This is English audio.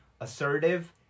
assertive